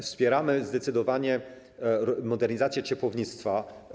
Wspieramy zdecydowanie modernizację ciepłownictwa.